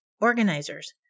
organizers